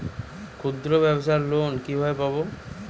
ক্ষুদ্রব্যাবসার লোন কিভাবে পাব?